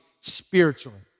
spiritually